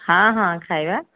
ହଁ ହଁ ଖାଇବା